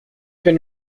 been